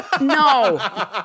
No